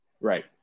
Right